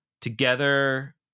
together